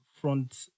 front